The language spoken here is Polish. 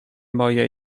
moje